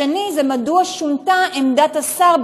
2. מדוע שונתה עמדת השר,